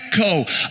echo